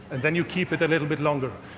and then you keep it a little bit longer,